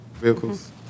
vehicles